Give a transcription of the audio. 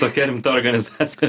tokia rimta organizacija